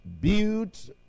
built